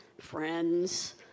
friends